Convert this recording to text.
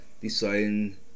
deciding